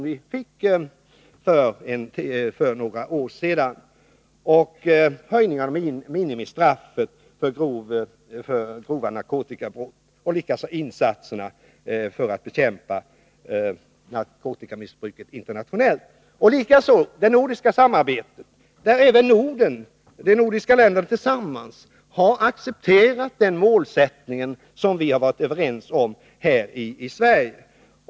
Vi har fått en höjning av minimistraffet för grova narkotikabrott. Jag kan också nämna insatserna för att bekämpa narkotikamissbruket internationellt liksom det nordiska samarbetet på detta område. De nordiska länderna tillsammans har accepterat den målsättning som vi har varit överens om här i Sverige.